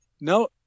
no